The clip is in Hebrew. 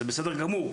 זה בסדר גמור.